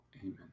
Amen